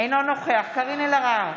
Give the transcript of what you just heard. אינו נוכח קארין אלהרר,